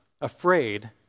afraid